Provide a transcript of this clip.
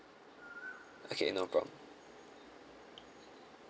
okay no problem